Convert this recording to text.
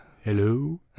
Hello